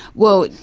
well,